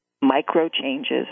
micro-changes